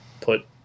put